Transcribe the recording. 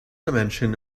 dimension